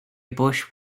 bush